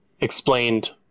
explained